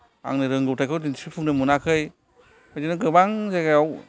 आंनो रोंगौथायखौ दिन्थिफुंनो मोनाखै बिदिनो गोबां जायगायाव